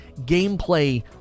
gameplay